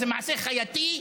זה מעשה חייתי,